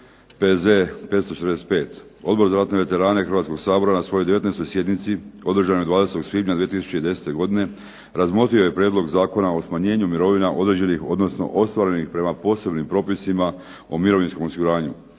P.Z. 545. Odbor za ratne veterane Hrvatskog sabora na svojoj 19. sjednici održanoj 20. svibnja 2010. godine razmotrio je Prijedlog Zakona o smanjenju mirovina određenih, odnosno ostvarenih prema posebnim propisima o mirovinskom osiguranju,